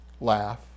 laugh